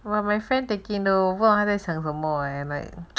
one of my friend taking 不懂他在想什么